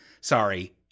Sorry